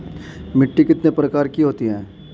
मिट्टी कितने प्रकार की होती हैं?